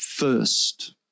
first